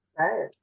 right